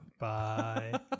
Bye